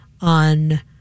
on